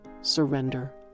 surrender